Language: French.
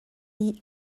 lit